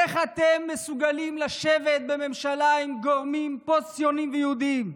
איך אתם מסוגלים לשבת בממשלה עם גורמים פוסט-ציוניים ופוסט-יהודיים,